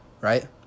right